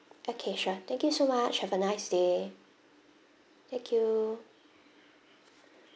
okay sure thank you so much have a nice day thank you